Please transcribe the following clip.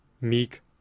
meek